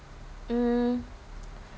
mm